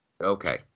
Okay